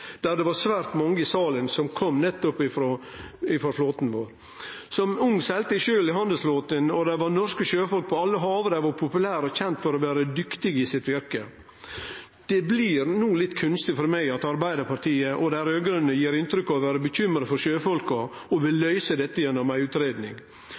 der det var svært mange i salen som kom nettopp frå flåten vår. Som ung seglde eg sjølv i handelsflåten, og der var norske sjøfolk på alle hav, og dei var populære og kjende for å vere dyktige i virket sitt. Det blir litt kunstig no for meg at Arbeidarpartiet og dei raud-grøne gir inntrykk av å vere bekymra for sjøfolka og vil